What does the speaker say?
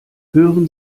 hören